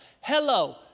Hello